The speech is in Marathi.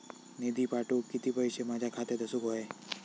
निधी पाठवुक किती पैशे माझ्या खात्यात असुक व्हाये?